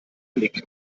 blick